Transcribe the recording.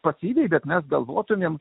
patyrei bet mes galvotumėm